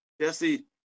Jesse